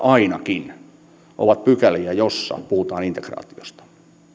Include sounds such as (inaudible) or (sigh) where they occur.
(unintelligible) ainakin ovat pykäliä joissa puhutaan integraatiosta